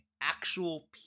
actual